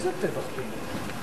איזה טבח בלוד?